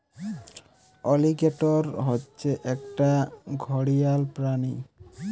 alligator হচ্ছে একটা ঘড়িয়াল প্রাণী